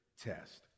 test